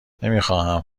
نمیخواهم